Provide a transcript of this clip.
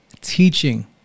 teaching